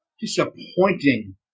disappointing